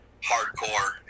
hardcore